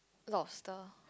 lobster